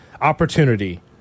opportunity